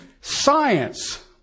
science